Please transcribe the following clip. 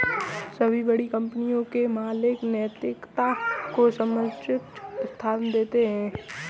सभी बड़ी कंपनी के मालिक नैतिकता को सर्वोच्च स्थान देते हैं